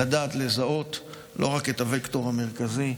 הוא לדעת לזהות לא רק את הווקטור המרכזי,